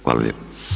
Hvala lijepa.